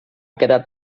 quedat